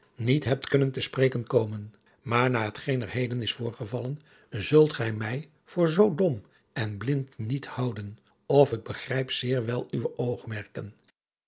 niet hebt kunnen te spreken komen maar na hetgeen er heden is voorgevallen zult gij mij voor zoo dom en blind niet houden of ik begrijp zeer wel uwe